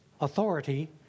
authority